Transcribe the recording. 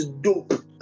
dope